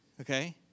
okay